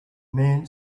man